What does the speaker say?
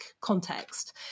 context